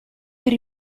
per